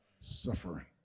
suffering